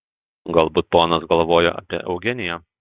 galbūt ponas galvojo apie eugeniją